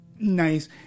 nice